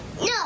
No